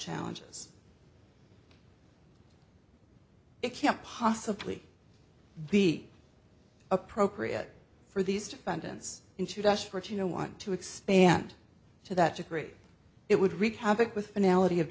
challenges it can't possibly be appropriate for these defendants into desperate you know want to expand to that degree it would wreak havoc with final